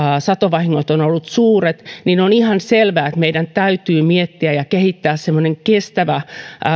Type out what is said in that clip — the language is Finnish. satovahingot ovat olleet suuret niin on ihan selvää että meidän täytyy miettiä ja kehittää kestävä